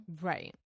right